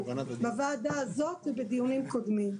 בוועדה הזאת ובדיונים קודמים.